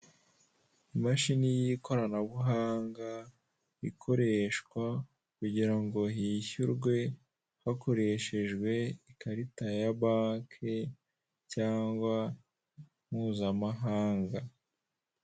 Imashini y'ikoranabuhanga ikoreshwa kugira ngo hishyurwe hakoreshejwe ikarita ya banke cyangwa mpuzamahanga.